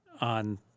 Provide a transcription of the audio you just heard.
on